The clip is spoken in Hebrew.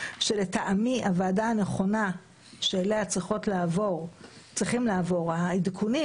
שלטעמי הוועדה הנכונה שאליה צריכים לעבור העדכונים,